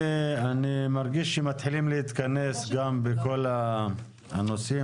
אני מרגיש שמתחילים להתכנס גם בכל הנושאים,